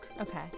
Okay